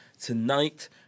tonight